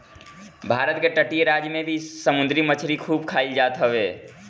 भारत के तटीय राज में भी समुंदरी मछरी खूब खाईल जात हवे